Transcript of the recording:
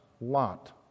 Lot